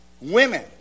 women